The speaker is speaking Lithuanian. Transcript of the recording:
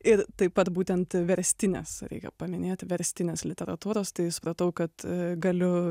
ir taip pat būtent verstinės reikia paminėti verstinės literatūros tai supratau kad galiu